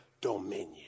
dominion